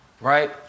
Right